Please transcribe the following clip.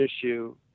issue